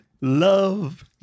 love